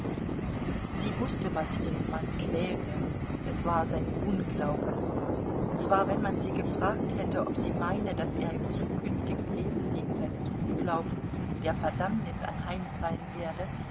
sie wußte was ihren mann quälte es war sein unglaube zwar wenn man sie gefragt hätte ob sie meine daß er im zukünftigen leben wegen seines unglaubens der verdammnis anheimfallen werde